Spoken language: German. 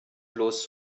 bloß